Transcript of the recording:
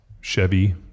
Chevy